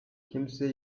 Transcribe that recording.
kimse